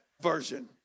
version